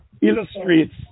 illustrates